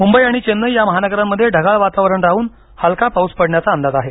मुंबई आणि चेन्नई या महानगरांमध्ये ढगाळ वातावरण राहून हलका पाऊस पडण्याचा अंदाज आहे